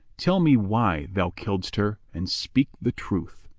tell me why thou killedst her, and speak the truth.